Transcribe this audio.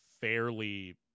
fairly